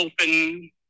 open